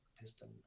piston